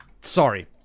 sorry